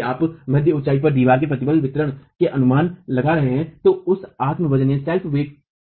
यदि आप मध्य ऊंचाई पर दीवार में प्रतिबल वितरण के अनुमान लगा रहे हैं तो उस आत्म वजन